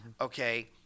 Okay